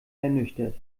ernüchtert